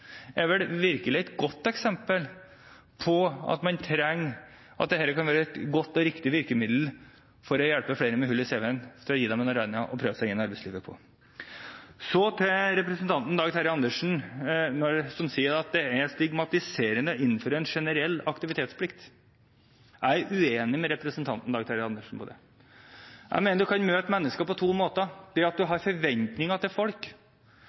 er vel virkelig et godt eksempel på at dette kan være et godt og riktig virkemiddel for å hjelpe flere med hull i CV-en og gi dem en arena til å prøve seg i arbeidslivet. Så til representanten Dag Terje Andersen, som sier at det er stigmatiserende å innføre en generell aktivitetsplikt: Jeg er uenig med representanten Dag Terje Andersen på dette punktet. Jeg mener at man kan møte mennesker på to måter: Det at man har forventninger til folk,